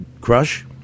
CRUSH